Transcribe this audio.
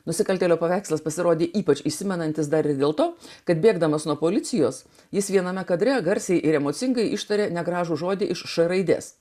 nusikaltėlio paveikslas pasirodė ypač įsimenantis dar ir dėl to kad bėgdamas nuo policijos jis viename kadre garsiai ir emocingai ištarė negražų žodį iš raidės